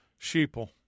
sheeple